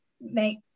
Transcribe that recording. make